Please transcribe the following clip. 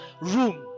room